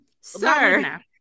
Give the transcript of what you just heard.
Sir